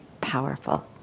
powerful